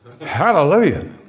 Hallelujah